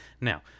Now